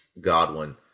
Godwin